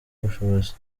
ubushobozi